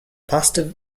pasta